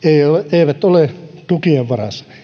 eivät ole tukien varassa